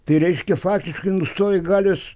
tai reiškia faktiškai nustojo galios